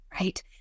right